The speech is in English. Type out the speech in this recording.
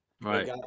Right